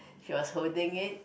she was holding it